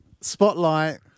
spotlight